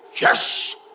Yes